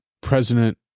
President